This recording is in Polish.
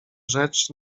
rzecz